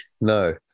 No